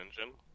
Engine